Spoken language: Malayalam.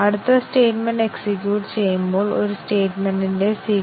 basic condition coverage decision coverage ഉൾക്കൊള്ളുന്നില്ല എന്ന ഈ ചോദ്യത്തിന് ഉത്തരം നൽകാൻ